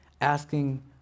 asking